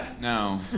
No